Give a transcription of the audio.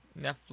Netflix